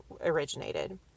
originated